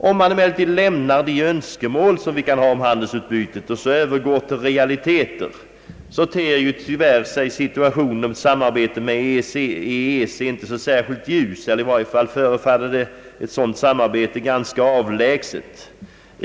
Om man emellertid lämnar de önskemål som vi kan ha om vidgat handelsutbyte och övergår till realiteter, så ter sig utsikterna för ett samarbete med EEC tyvärr inte särskilt ljusa. I varje fall förefaller ett sådant samarbete att vara ganska avlägset.